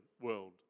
world